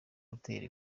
hoteli